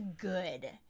good